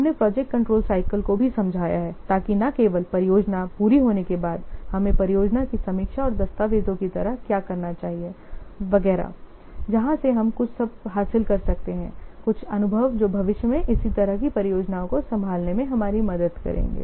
हमने project control cycle को भी समझाया है ताकि न केवल परियोजना पूरी होने के बाद हमें परियोजना की समीक्षा और दस्तावेजों की तरह क्या करना चाहिए वगैरह जहां से हम कुछ सबक हासिल कर सकते हैं कुछ अनुभव जो भविष्य में इसी तरह की परियोजनाओं को संभालने में हमारी मदद करेंगे